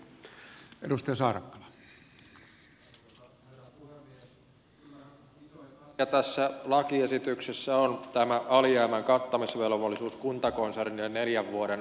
kyllähän isoin asia tässä lakiesityksessä on tämä alijäämän kattamisvelvollisuus kuntakonsernissa neljän vuoden aikaperiodilla